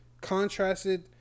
Contrasted